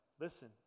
listen